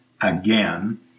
again